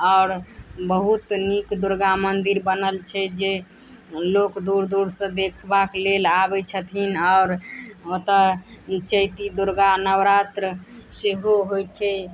आओर बहुत नीक दुर्गा मन्दिर बनल छै जे लोक दूर दूरसँ देखबाक लेल आबै छथिन आओर ओतऽ चैती दुर्गा नवरात्र सेहो होइत छै